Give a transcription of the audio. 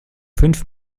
fünf